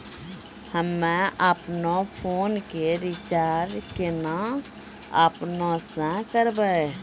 हम्मे आपनौ फोन के रीचार्ज केना आपनौ से करवै?